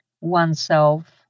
oneself